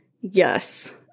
yes